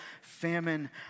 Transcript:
famine